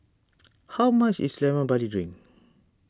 how much is Lemon Barley Drink